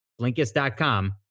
Blinkist.com